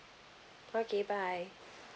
okay bye